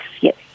yes